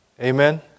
Amen